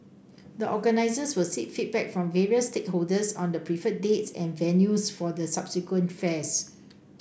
the organizers will seek feedback from various stakeholders on the preferred dates and venues for the subsequent fairs